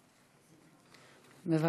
בבקשה.